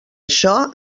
això